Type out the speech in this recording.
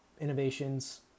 innovations